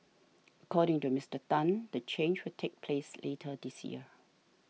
according to Mister Tan the change will take place later this year